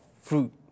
fruit